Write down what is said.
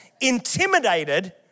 intimidated